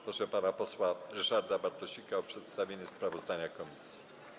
Proszę pana posła Ryszarda Bartosika o przedstawienie sprawozdania komisji.